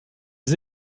les